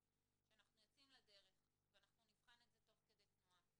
שאנחנו יוצאים לדרך ואנחנו נבחן זאת תוך כדי תנועה.